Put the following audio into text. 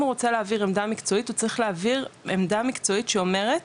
אם הוא רוצה להעביר עמדה מקצועית הוא צריך להעביר עמדה מקצועית שאומרת